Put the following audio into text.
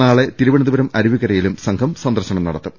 നാളെ തിരുവനന്തപുരം അരുവിക്കരയിലും സംഘം സന്ദർശനം നടത്തും